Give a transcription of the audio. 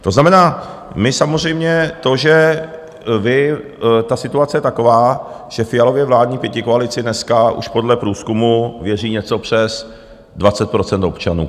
To znamená, my samozřejmě to, že vy ta situace je taková, že Fialově vládní pětikoalici dneska už podle průzkumu věří něco přes 20 % občanů.